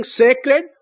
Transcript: sacred